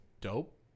dope